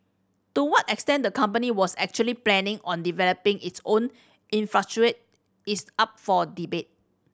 to what extent the company was actually planning on developing its own infrastructure is up for debate